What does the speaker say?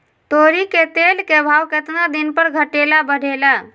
तोरी के तेल के भाव केतना दिन पर घटे ला बढ़े ला?